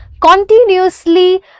continuously